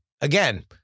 again